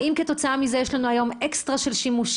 האם כתוצאה מזה יש לנו היום אקסטרה של שימושים?